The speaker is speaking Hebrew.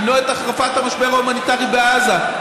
למנוע את החרפת המשבר ההומניטרי בעזה.